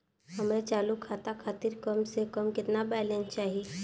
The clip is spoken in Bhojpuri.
हमरे चालू खाता खातिर कम से कम केतना बैलैंस चाही?